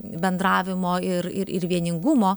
bendravimo ir ir ir vieningumo